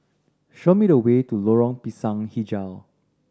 show me the way to Lorong Pisang Hijau